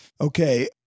Okay